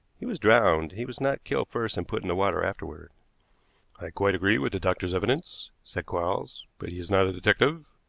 he was drowned he was not killed first and put in the water afterward. i quite agree with the doctor's evidence, said quarles, but he is not a detective.